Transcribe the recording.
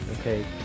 Okay